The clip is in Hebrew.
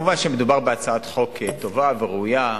כמובן, מדובר בהצעת חוק ראויה וטובה,